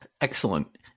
Excellent